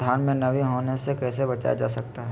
धान में नमी होने से कैसे बचाया जा सकता है?